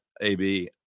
AB